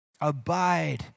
Abide